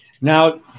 now